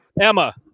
Emma